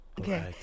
Okay